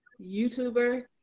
YouTuber